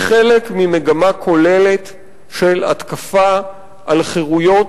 היא חלק ממגמה כוללת של התקפה על חירויות